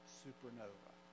supernova